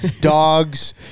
dog's